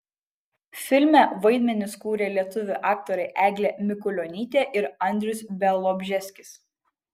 filme vaidmenis kūrė lietuvių aktoriai eglė mikulionytė ir andrius bialobžeskis